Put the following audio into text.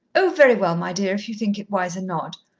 oh, very well, my dear, if you think it wiser not.